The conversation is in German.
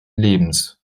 lebens